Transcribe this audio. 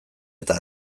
eta